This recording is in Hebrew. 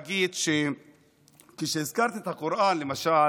אני רוצה להגיד שכשהזכרתי את הקוראן, למשל,